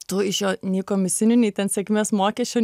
tu iš jo nei komisinių nei ten sėkmės mokesčio